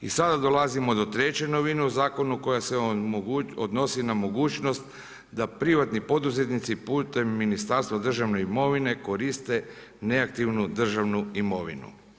I sada dolazimo do treće novine u zakonu koja se odnosi na mogućnost da privatni poduzetnici putem Ministarstva državne imovine koriste neaktivnu državnu imovinu.